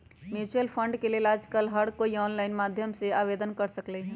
mutual fund के लेल आजकल हर कोई ऑनलाईन माध्यम से आवेदन कर सकलई ह